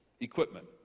equipment